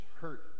Hurt